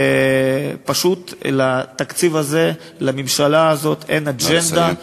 ופשוט לתקציב הזה, לממשלה הזאת, אין אג'נדה,